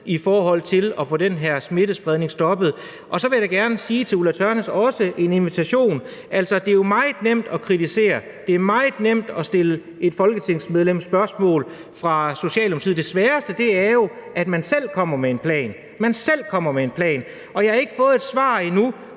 i forhold til at få den her smittespredning stoppet. Og så vil jeg gerne sige til Ulla Tørnæs, og det er også en invitation, at det jo er meget nemt at kritisere. Det er meget nemt at stille et folketingsmedlem fra Socialdemokratiet spørgsmål. Det sværeste er jo, at man selv kommer med en plan – at man selv kommer med en plan! Og jeg har ikke fået et svar endnu: